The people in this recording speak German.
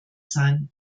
sein